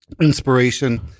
inspiration